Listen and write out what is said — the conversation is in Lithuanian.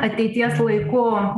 ateities laiku